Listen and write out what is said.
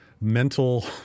mental